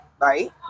right